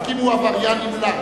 רק אם הוא עבריין נמלט.